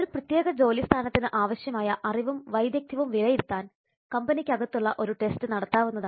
ഒരു പ്രത്യേക ജോലി സ്ഥാനത്തിന് ആവശ്യമായ അറിവും വൈദഗ്ധ്യവും വിലയിരുത്താൻ കമ്പനിക്കകത്തുള്ള ഒരു ടെസ്റ്റ് നടത്താവുന്നതാണ്